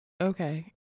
Okay